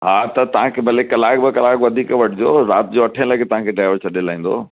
हा त तव्हांखे भले कलाकु ॿ कलाक वधीक वठिजो राति जो अठें लॻे तव्हांखे ड्राइवर छॾे लाहींदो